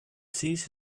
sees